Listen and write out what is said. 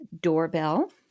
doorbell